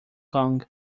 kong